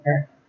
Okay